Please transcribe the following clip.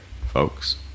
folks